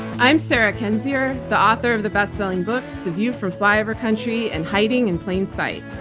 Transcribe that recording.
i'm sarah kendzior, the author of the best selling books, the view from flyover country and hiding in plain sight.